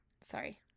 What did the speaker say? Sorry